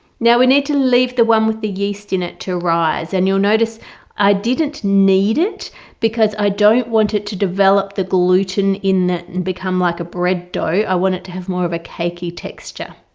now we need to leave the one with the yeast in it to rise and you'll notice i didn't kneed it because i don't want it to develop the gluten in it and become like a bread dough i want it to have more of a cakey texture.